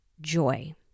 joy